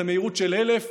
זה מהירות של 1,000,